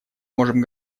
можем